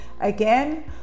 again